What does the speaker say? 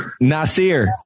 Nasir